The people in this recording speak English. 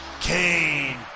Kane